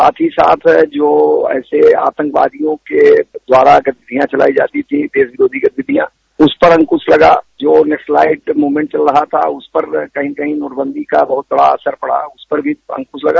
साथ ही साथ जो ऐसे आतंकवादियों के द्वारा गतिविधियां चलाई जाती थी देश विरोधी गतिविधियां उस पर अंकुश ल गा जो नक्सलाइज मूवमेंट चल रहा था उस पर कही कही नोटबंदी का बहुत बड़ा असर पड़ा उस पर भी अंकुश लगा